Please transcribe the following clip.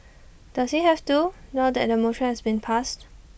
does he have to now that the motion has been passed